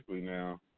now